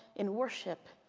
in worship,